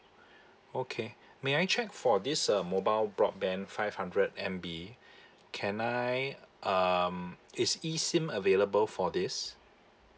okay may I check for this uh mobile broadband five hundred M_B can I um is E SIM available for this